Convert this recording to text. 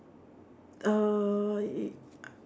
uh y~